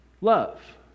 love